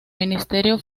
ministerio